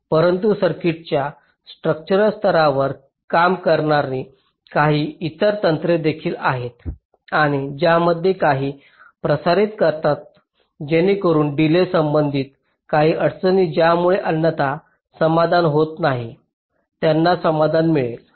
परंतु सर्किटच्या स्ट्रक्चरल स्तरावर काम करणारी काही इतर तंत्रे देखील आहेत आणि त्यामध्ये काही प्रसारित करतात जेणेकरून डिलेज संबंधित काही अडचणी ज्यामुळे अन्यथा समाधान होत नाही त्यांना समाधान मिळेल